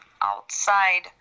outside